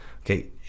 okay